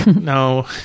No